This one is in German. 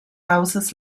hauses